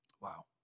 wow